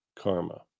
karma